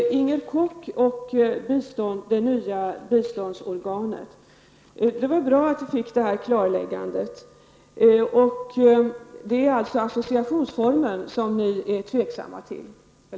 Inger Koch talade om det nya biståndsorganet. Det var bra att vi fick klarläggandet att det är associationsformen som ni är tveksamma till.